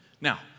Now